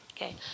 Okay